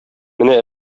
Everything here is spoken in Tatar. менә